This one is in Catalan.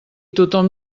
tothom